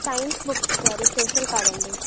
science books సారి social కాదండి